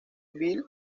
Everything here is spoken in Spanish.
ville